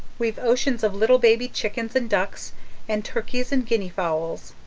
we've oceans of little baby chickens and ducks and turkeys and guinea fowls.